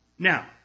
Now